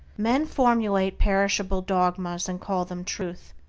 men formulate perishable dogmas, and call them truth.